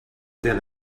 then